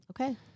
Okay